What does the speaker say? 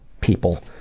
people